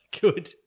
Good